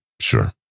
Sure